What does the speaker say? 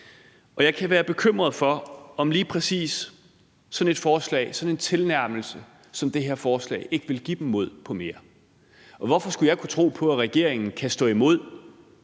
og jeg kan være bekymret for, om lige præcis sådan et forslag, altså sådan en tilnærmelse, som det her forslag, ikke vil give dem mod på mere. Og hvorfor skulle jeg kunne tro på, at regeringen kan stå imod,